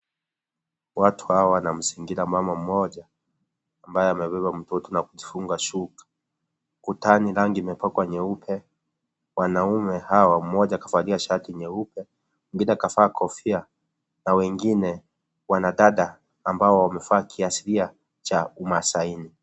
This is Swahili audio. Watu hawa wanamzingira mama mmoja, ambaye amebeba mtoto na kujifunga shuka. Kutani rangi imepakwa nyeupe. Wanaume hawa mmoja kavalia shati nyeupe, mwingine kavaa kofia, na wengine wanadada ambao wamevaa kiashiria cha umasaini.